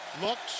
Looks